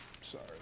Sorry